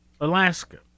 Alaska